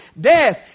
Death